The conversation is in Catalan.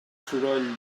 soroll